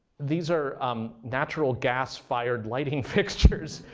these are um natural gas fired lighting fixtures.